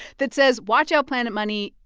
that says, watch out, planet money.